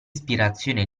ispirazione